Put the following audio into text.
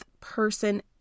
person